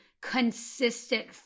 consistent